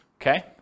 okay